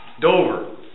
Dover